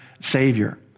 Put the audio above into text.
savior